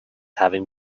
having